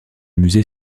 musée